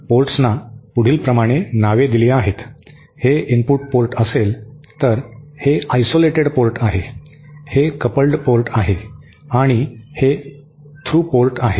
पोर्ट्सना पुढीलप्रमाणे नावे दिली आहेत हे इनपुट पोर्ट असेल तर हे आयसोलेटेड पोर्ट आहे हे कपल्ड पोर्ट आहे आणि हे थ्रूपुट आहे